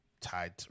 tied